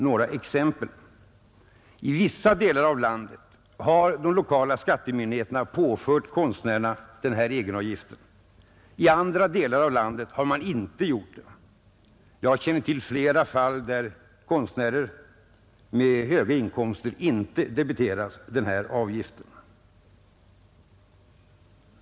Några exempel. I vissa delar av landet har de lokala skattemyndigheterna påfört konstnärerna denna egenavgift — i andra delar av landet har man inte gjort det. Jag känner till flera fall där konstnärer med höga inkomster inte debiterats den här avgiften.